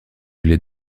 les